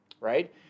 right